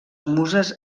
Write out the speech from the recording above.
muses